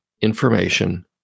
information